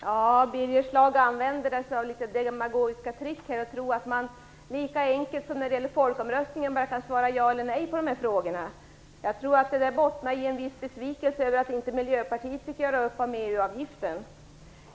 Herr talman! Birger Schlaug använder demagogiska trick här och tror att man kan svara lika enkelt som när det gäller en folkomröstning, ja eller nej. Jag tror att det bottnar i en viss besvikelse över att inte Miljöpartiet fick göra upp om EU-avgiften.